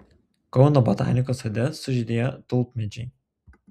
kauno botanikos sode sužydėjo tulpmedžiai